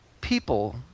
people